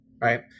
right